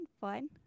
fun